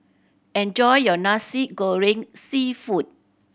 enjoy your Nasi Goreng Seafood